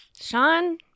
Sean